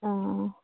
অঁ